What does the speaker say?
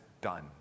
done